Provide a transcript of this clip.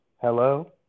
hello